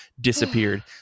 disappeared